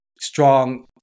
strong –